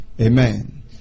Amen